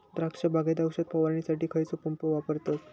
द्राक्ष बागेत औषध फवारणीसाठी खैयचो पंप वापरतत?